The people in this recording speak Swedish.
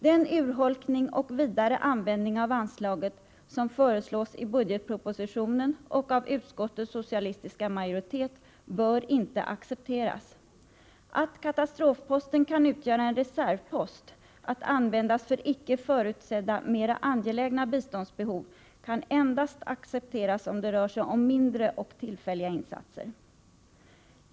Den urholkning och vidare användning av anslaget som föreslås i budgetpropositionen och av utskottets socialistiska majoritet bör inte accepteras. Att katastrofposten kan utgöra en reservpost att användas för icke förutsedda mer angelägna biståndsbehov kan endast accepteras om det rör sig om mindre och tillfälliga insatser.